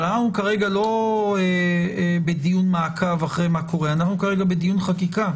אבל אנחנו כרגע לא בדיון מעקב אחרי מה קורה אלא אנחנו בדיון חקיקה.